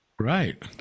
Right